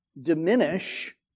diminish